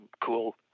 cool